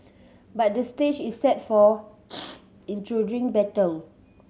but the stage is set for intriguing battle